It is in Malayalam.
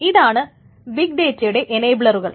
ഇതാണ് ബിഗ് ഡേറ്റയുടെ എനേബ്ലറുകൾ